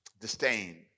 disdain